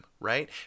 right